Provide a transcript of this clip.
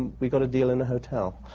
we got a deal in a hotel.